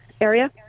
area